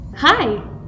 Hi